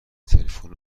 تلفن